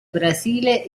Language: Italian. brasile